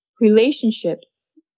relationships